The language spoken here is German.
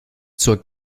zur